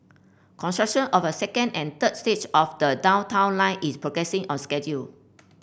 construction of a second and third stage of the Downtown Line is progressing on schedule